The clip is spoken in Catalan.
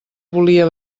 volia